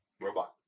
Robot